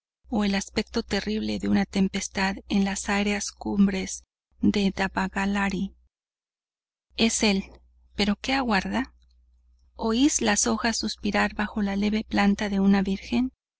o el aspecto terrible de una tempestad en las aéreas cumbres de davalagiri es él pero que aguarda oís las hojas suspirar bajo la leve planta de una virgen